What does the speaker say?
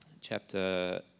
chapter